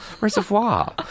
Reservoir